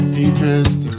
deepest